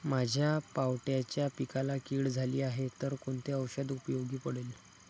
माझ्या पावट्याच्या पिकाला कीड झाली आहे तर कोणते औषध उपयोगी पडेल?